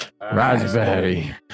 Raspberry